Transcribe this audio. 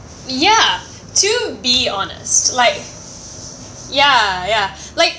ya to be honest like ya ya like